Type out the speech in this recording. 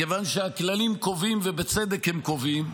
מכיוון שהכללים קובעים, ובצדק הם קובעים,